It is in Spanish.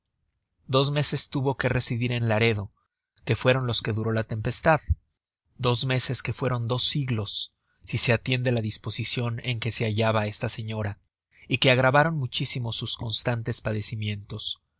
dos meses tuvo que residir en laredo que fueron los que duró la tempestad dos meses que fueron dos siglos si se atiende la disposicion en que se hallaba esta señora y que agravaron muchísimo sus constantes padecimientos